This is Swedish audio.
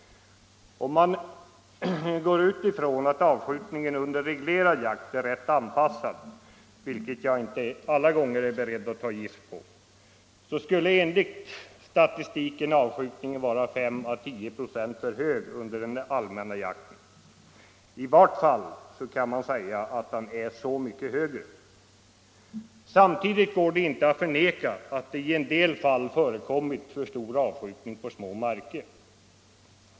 Om man går ut ifrån att avskjutningen under reglerad jakt är rätt anpassad, vilket jag inte alla gånger är beredd att ta gift på, skulle enligt statistiken avskjutningen vara 5 å 10 96 för hög under den allmänna jakten. I varje fall kan man säga att den är så mycket högre. Samtidigt går det inte att förneka att det i en del fall förekommit för stor avskjutning på små marker.